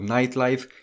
Nightlife